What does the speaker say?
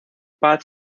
paz